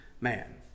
man